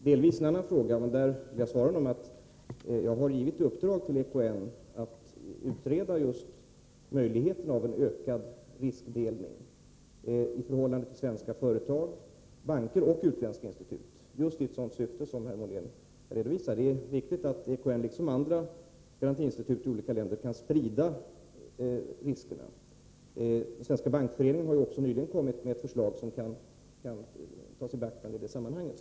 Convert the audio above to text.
Herr talman! Den fråga som Per-Richard Molén tog upp i sitt senaste inlägg gäller i viss mån någonting annat än det vi här talar om. Jag vill emellertid svara att jag givit EKN i uppdrag att utreda möjligheterna när det gäller en ökad riskdelning — i förhållande till svenska företag, banker och utländska institut — i just det syfte som herr Molén nyss redovisade. Det är viktigt att EKN, liksom andra garantiinstitut i olika länder, kan sprida riskerna. Svenska bankföreningen har nyligen kommit med ett förslag som kan tas i beaktande i det sammanhanget.